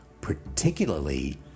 particularly